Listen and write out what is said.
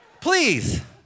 please